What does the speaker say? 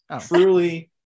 truly